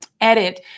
edit